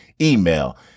email